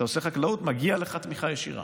אתה עושה חקלאות, מגיעה לך תמיכה ישירה.